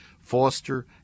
foster